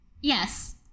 yes